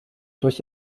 durch